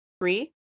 three